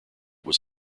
was